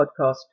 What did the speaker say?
Podcast